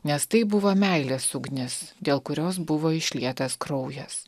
nes tai buvo meilės ugnis dėl kurios buvo išlietas kraujas